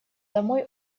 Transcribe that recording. домой